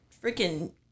freaking